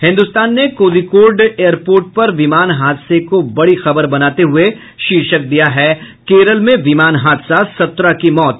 हिन्दुस्तान ने कोझिकोड एयरपोर्ट पर विमान हादसे को बड़ी खबर बनाते हुये शीर्षक दिया है केरल में विमान हादसा सत्रह की मौत